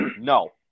no